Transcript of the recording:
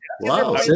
Wow